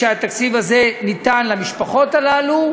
התקציב הזה ניתן למשפחות האלה,